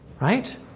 Right